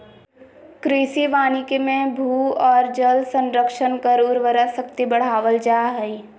कृषि वानिकी मे भू आर जल संरक्षण कर उर्वरा शक्ति बढ़ावल जा हई